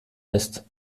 ist